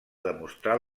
demostrar